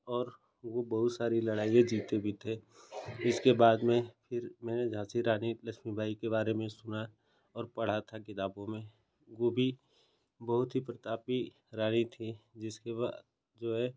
और वो बहुत सारी लड़ाईयाँ जीते भी थे इसके बाद में मैंने झांसी रानी लक्ष्मीबाई के बारे में सुना और पढ़ा था किताबों में वो भी बहुत ही प्रतापी रानी थी जिसके बा जो है